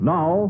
Now